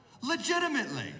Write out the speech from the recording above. Legitimately